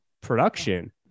production